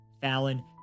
Fallon